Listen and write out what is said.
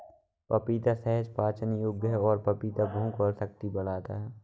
पपीता सहज पाचन योग्य है और पपीता भूख और शक्ति बढ़ाता है